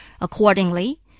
accordingly